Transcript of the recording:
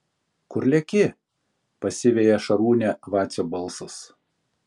kur leki pasiveja šarūnę vacio balsas